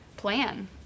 Plan